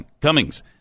Cummings